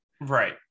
Right